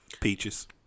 peaches